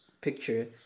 picture